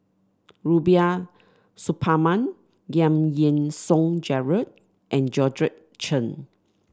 Rubiah Suparman Giam Yean Song Gerald and Georgette Chen